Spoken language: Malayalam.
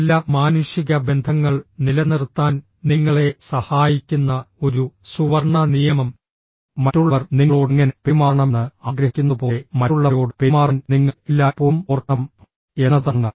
നല്ല മാനുഷിക ബന്ധങ്ങൾ നിലനിർത്താൻ നിങ്ങളെ സഹായിക്കുന്ന ഒരു സുവർണ്ണ നിയമം മറ്റുള്ളവർ നിങ്ങളോട് എങ്ങനെ പെരുമാറണമെന്ന് ആഗ്രഹിക്കുന്നതുപോലെ മറ്റുള്ളവരോട് പെരുമാറാൻ നിങ്ങൾ എല്ലായ്പ്പോഴും ഓർക്കണം എന്നതാണ്